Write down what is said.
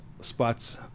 spots